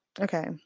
Okay